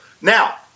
now